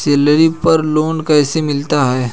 Salary पर loan कैसे मिलता है?